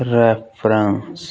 reference